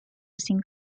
形状